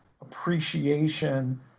appreciation